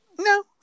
no